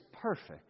perfect